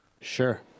sure